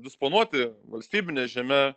disponuoti valstybine žeme